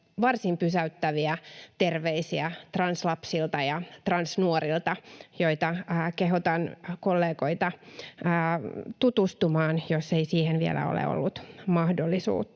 varsin pysäyttäviä terveisiä translapsilta ja transnuorilta, joihin kehotan kollegoita tutustumaan, jos ei siihen vielä ole ollut mahdollisuutta.